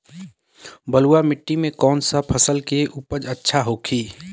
बलुआ मिट्टी में कौन सा फसल के उपज अच्छा होखी?